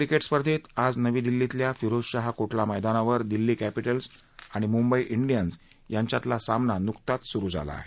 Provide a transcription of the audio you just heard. cricket स्पर्धेत आज नवी दिल्लीतल्या फिरोजशहा कोटला मैदानावर दिल्ली क्षीटल्स आणि मुंबई डिअन्स यांच्यातला सामना नुकताच सुरु झाला आहे